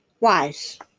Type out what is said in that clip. wise